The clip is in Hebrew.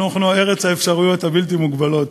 אנחנו ארץ האפשרויות הבלתי-מוגבלות,